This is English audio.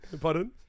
Pardon